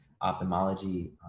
Ophthalmology